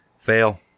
Fail